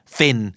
Thin